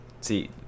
See